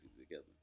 together